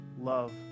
love